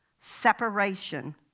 Separation